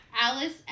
Alice